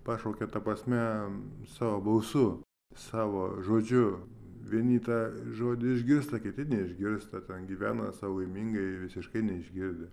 pašaukė ta prasme savo balsu savo žodžiu vieni tą žodį išgirsta kiti neišgirsta ten gyvena sau laimingai visiškai neišgirdę